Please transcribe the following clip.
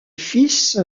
fils